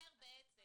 בעצם